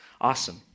awesome